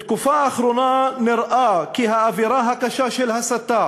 בתקופה האחרונה נראה כי האווירה הקשה של הסתה